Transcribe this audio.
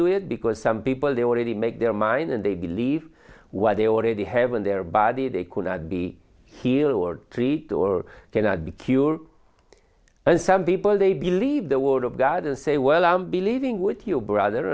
do it because some people there already make their mind and they believe what they already have in their body they cannot be healed or treat or cannot be cured and some people they believe the word of god and say well i'm believing with you brother